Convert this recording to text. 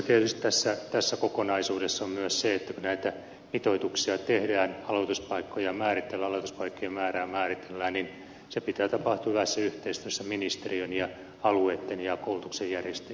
oleellista tietysti tässä kokonaisuudessa on myös se että kun näitä mitoituksia tehdään ja aloituspaikkojen määrää määritellään niin sen pitää tapahtua hyvässä yhteistyössä ministeriön alueitten ja koulutuksen järjestäjien kanssa